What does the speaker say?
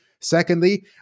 Secondly